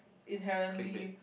inherently